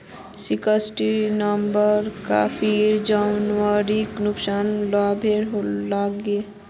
Sixteen number farmer जानकारी कुंसम लुबा लागे?